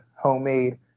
homemade